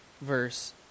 verse